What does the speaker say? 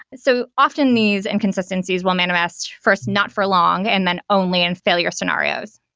so often these inconsistencies will manifest first not for long and then only in failure scenarios.